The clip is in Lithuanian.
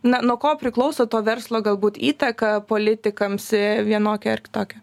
na nuo ko priklauso to verslo galbūt įtaka politikams vienokią ar kitokią